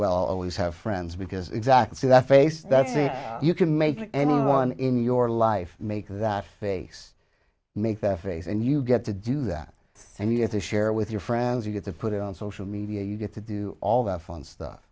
well always have friends because exactly that face that's it you can make anyone in your life make that face make their face and you get to do that and you had to share with your friends you get to put it on social media you get to do all that fun stuff